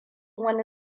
wani